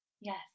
Yes